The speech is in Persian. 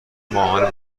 ماهانه